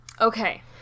okay